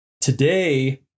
Today